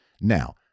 now